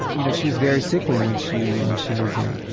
you know, she was very sickly when she when she moved in,